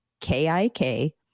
K-I-K